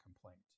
complaint